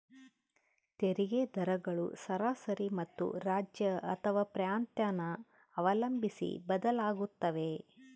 ತೆರಿಗೆ ದರಗಳು ಸರಾಸರಿ ಮತ್ತು ರಾಜ್ಯ ಅಥವಾ ಪ್ರಾಂತ್ಯನ ಅವಲಂಬಿಸಿ ಬದಲಾಗುತ್ತವೆ